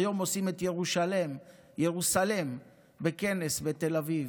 שהיום עושים את ירוסלם בכנס בתל אביב.